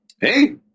Hey